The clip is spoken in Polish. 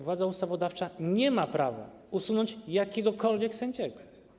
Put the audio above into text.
Władza ustawodawcza nie ma prawa usunąć jakiegokolwiek sędziego.